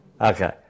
Okay